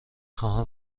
خواهم